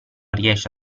riesce